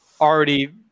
already